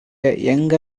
எங்க